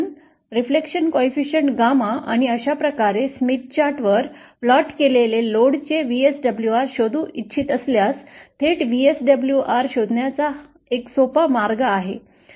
आपण परावर्तन गुणांक 𝜞 आणि अशा प्रकारेस्मिथ चार्ट वर प्लॉट केलेले लोडचे व्हीएसडब्ल्यूआर शोधू इच्छित असल्यास थेट व्हीएसडब्ल्यूआर शोधण्याचा एक सोपा मार्ग आहे